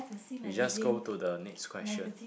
we just go to the next question